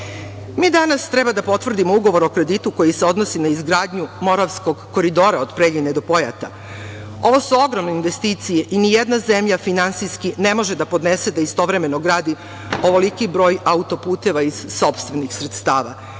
danas treba da potvrdimo Ugovor o kreditu koji se odnosi na izgradnju Moravskog koridora od Preljine do Pojata. Ovo su ogromne investicije i nijedna zemlja finansijski ne može da podnese da istovremeno gradi ovoliki broj autoputeva iz sopstvenih sredstava.